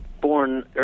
born